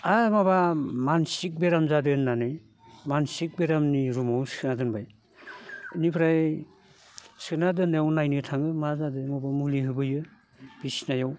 आर माबा मानसिग बेराम जादो होननानै मानसिग बेरामनि रुमाव सोना दोनबाय इनिफ्राय सोना दोननायाव नायनो थाङो मा जादो माबा मुलि होफैयो बिसनायाव